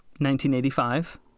1985